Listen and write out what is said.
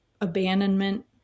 abandonment